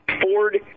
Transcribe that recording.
Ford